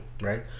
right